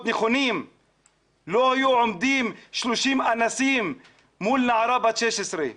נכונים לא היו עומדים 30 אנשים מול נערה בת 16,